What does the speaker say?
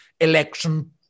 election